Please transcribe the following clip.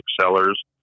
sellers